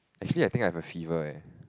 actually I think I have a fever eh